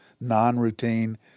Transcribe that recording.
non-routine